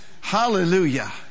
Hallelujah